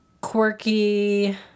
quirky